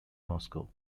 moscow